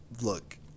Look